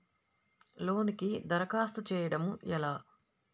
లోనుకి దరఖాస్తు చేయడము ఎలా?